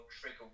trigger